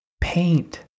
Paint